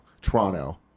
Toronto